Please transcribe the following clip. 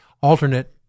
alternate